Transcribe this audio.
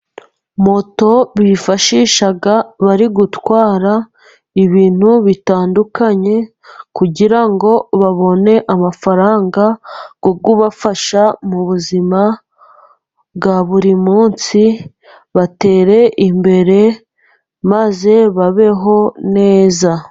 Moto bifashisha bari gutwara ibintu bitandukanye, kugira ngo babone amafaranga yo kubafasha mu buzima bwa buri munsi batere imbere, maze babeho neza.